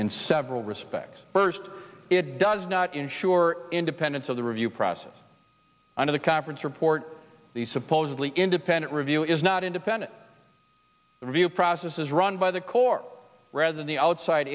in several respects first it does not ensure independence of the review process of the conference report the supposedly independent review is not independent review processes run by the court rather than the outside